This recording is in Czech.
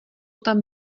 tam